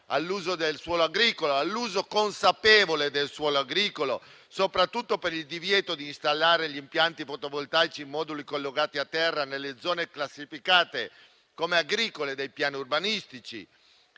all'uso del suolo agricolo, per un suo uso consapevole, soprattutto con il divieto di installare gli impianti fotovoltaici con moduli collegati a terra nelle zone classificate come agricole dai piani urbanistici.